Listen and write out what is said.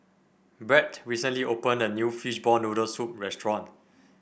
Brett recently opened a new Fishball Noodle Soup restaurant